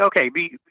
okay